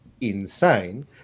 insane